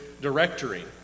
directory